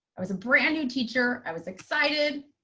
i was a brand new teacher. i was excited.